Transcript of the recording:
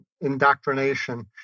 indoctrination